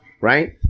right